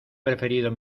preferido